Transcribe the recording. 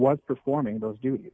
was performing those d